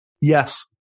Yes